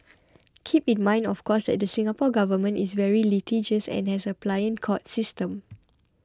keep in mind of course that the Singapore Government is very litigious and has a pliant court system